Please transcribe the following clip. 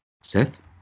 Seth